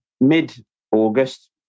mid-August